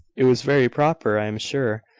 it was very proper, i am sure,